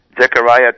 Zechariah